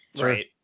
Right